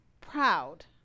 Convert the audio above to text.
proud